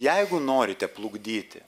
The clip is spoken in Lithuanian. jeigu norite plukdyti